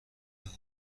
وجود